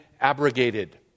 abrogated